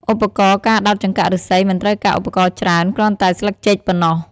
ឧបករណ៍ការដោតចង្កាក់ឫស្សីមិនត្រូវការឧបករណ៍ច្រើន គ្រាន់តែស្លឹកចេកប៉ុណ្ណោះ។